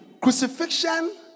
Crucifixion